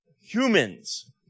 humans